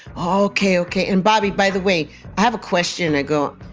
ok. ok. and bobby, by the way, i have a question. i go,